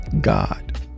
God